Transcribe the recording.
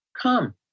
Come